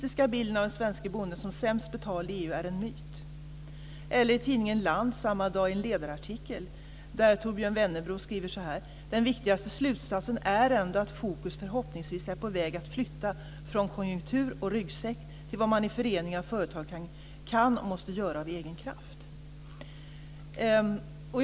I tidningen Land från samma dag, i en ledarartikel, skriver Torbjörn Wennebro så här: "Den viktigaste slutsatsen är ändå att fokus förhoppningsvis är på väg att flytta fån konjunktur och "ryggsäck" till vad man i föreningar och företag kan och måste göra av egen kraft".